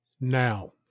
now